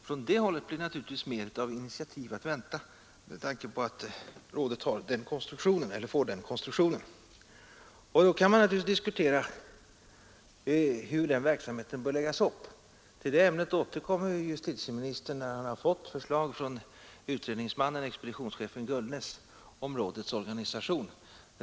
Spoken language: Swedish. Från det hållet blir det naturligtvis mer av initiativ att vänta, med tanke på att rådet får den konstruktionen. Man kan naturligtvis diskutera hur den verksamheten bör läggas upp. Till det ämnet återkommer justitieministern när han har fått förslag från utredningsmannen, expeditionschefen Gullnäs, om rådets organisation.